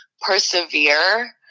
persevere